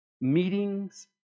meetings